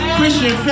Christian